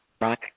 right